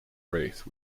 race